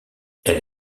elle